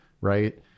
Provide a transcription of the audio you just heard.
right